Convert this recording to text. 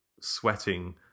sweating